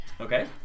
Okay